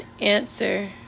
answer